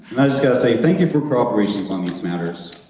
i just got to say, thank you for cooperation on these matters.